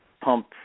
pump